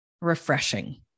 refreshing